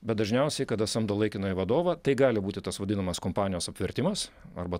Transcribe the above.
bet dažniausiai kada samdo laikinąjį vadovą tai gali būti tas vadinamas kompanijos apvertimas arba